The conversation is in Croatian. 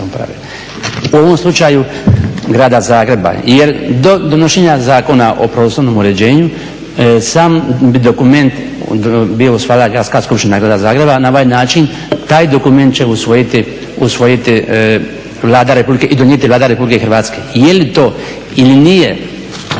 U ovom slučaju grada Zagreba jer donošenje Zakona o prostornom uređenju sam dokument … grada Zagreba, na ovaj način taj dokument će usvojiti i donijeti Vlada RH. Je li to ili nije